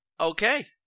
Okay